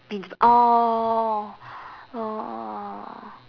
beansprout !aww! !aww!